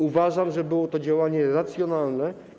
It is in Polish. Uważam, że było to działanie racjonalne.